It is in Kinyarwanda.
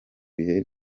bihe